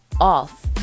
off